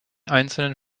einzelnen